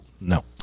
No